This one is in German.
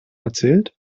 erzählt